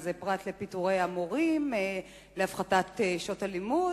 אז פרט לפיטורי המורים, להפחתת שעות הלימוד,